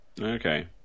Okay